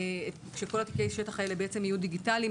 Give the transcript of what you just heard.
שכל תיקי שטח אלה יהיו דיגיטליים,